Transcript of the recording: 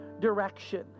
direction